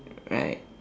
right